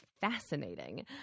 fascinating